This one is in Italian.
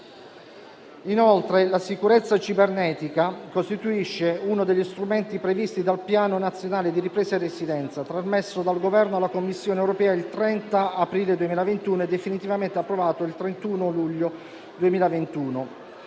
Inoltre, la sicurezza cibernetica costituisce uno degli strumenti previsti dal Piano nazionale di ripresa e resilienza trasmesso dal Governo alla Commissione europea il 30 aprile 2021 e definitivamente approvato il 31 luglio 2021.